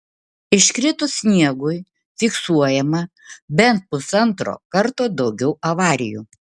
iškritus sniegui fiksuojama bent pusantro karto daugiau avarijų